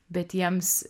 bet jiems